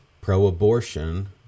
pro-abortion